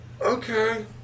Okay